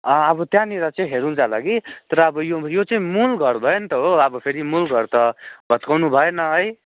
अब त्यहाँनिर चाहिँ हेर्नुजाँदा कि तर अब यो यो चाहिँ मूल घर भयो नि त हो अब फेरि मूल घर त भत्काउनु भएन है